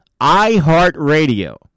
iHeartRadio